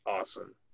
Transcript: awesome